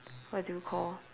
what do you call